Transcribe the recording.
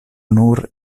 nur